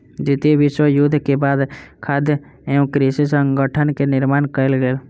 द्वितीय विश्व युद्ध के बाद खाद्य एवं कृषि संगठन के निर्माण कयल गेल